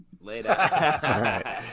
Later